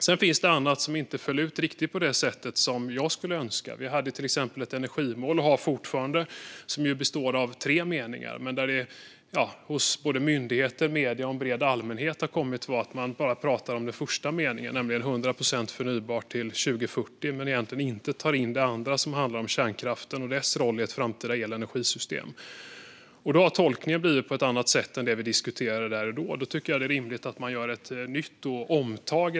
Det finns annat som inte föll ut riktigt på det sätt som jag skulle önska. Vi hade och har till exempel fortfarande ett energimål som består av tre meningar. Men såväl myndigheter som medierna och den breda allmänheten har kommit att prata om bara den första meningen: 100 procent förnybart till 2040. Man tar egentligen inte in det andra som handlar om kärnkraften och dess roll i ett framtida elenergisystem. Tolkningen har blivit en annan än den vi diskuterade där och då. Därför tycker jag att det är rimligt att göra ett omtag.